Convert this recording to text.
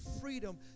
freedom